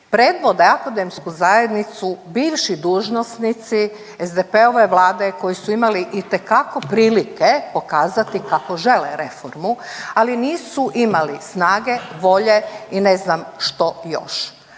Predvode akademsku zajednicu bivši dužnosnici SDP-ove vlade koji su imali itekako prilike pokazati kako žele reformu ali nisu imali snage, volje i ne znam što još.